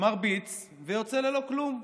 מרביץ ויוצא ללא כלום,